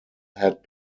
had